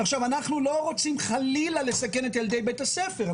עכשיו אנחנו לא רוצים חלילה לסכן את ילדי בית הספר,